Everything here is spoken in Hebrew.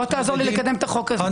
אתה מוזמן לעזור לי לקדם את החוק הזה.